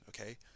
okay